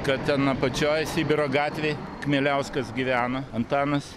kad ten apačioj sibiro gatvėj kmieliauskas gyvena antanas